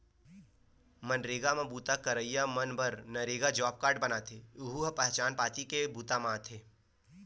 मनरेगा म बूता करइया मन बर नरेगा जॉब कारड बनथे, यहूं ह पहचान पाती के बूता म आथे